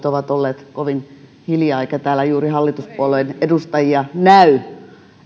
ovat olleet kovin hiljaa eikä täällä juuri hallituspuolueiden edustajia näy